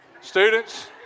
Students